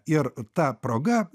ir ta proga